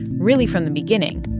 really from the beginning,